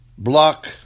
block